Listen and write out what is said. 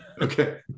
okay